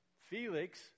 Felix